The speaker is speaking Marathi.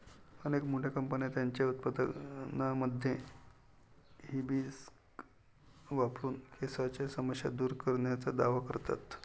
अनेक मोठ्या कंपन्या त्यांच्या उत्पादनांमध्ये हिबिस्कस वापरून केसांच्या समस्या दूर करण्याचा दावा करतात